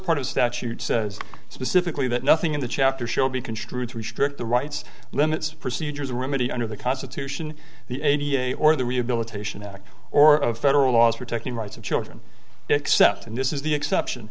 part of statute says specifically that nothing in the chapter shall be construed to restrict the rights limits procedures a remedy under the constitution the a b a or the rehabilitation act or of federal laws protecting rights of children except and this is the exception